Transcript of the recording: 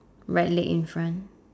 right leg in front